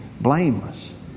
blameless